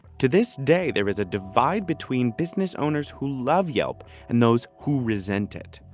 to this day, there is a divide between business owners who love yelp and those who resent it.